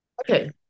Okay